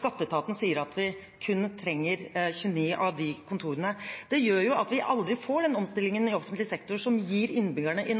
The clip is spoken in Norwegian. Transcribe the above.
Skatteetaten sier at vi trenger kun 29 av de kontorene. Det gjør at vi aldri får den omstillingen i offentlig sektor som gir innbyggerne i Norge